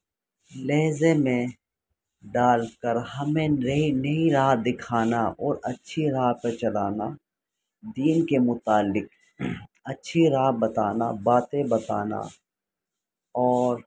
لہجے میں ڈال کر ہمیں نئی نئی راہ دکھانا اور اچھی راہ پہ چلانا دین کے متعلق اچھی راہ بتانا باتیں بتانا اور